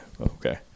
Okay